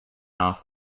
off